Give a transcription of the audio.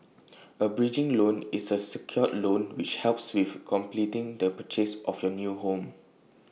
A bridging loan is A secured loan which helps with completing the purchase of your new home